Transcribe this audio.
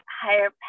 higher